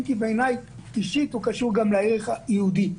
אם כי בעיני אישית הוא קשור גם לערך היהודי.